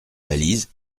valise